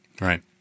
Right